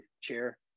chair